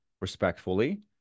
respectfully